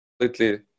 completely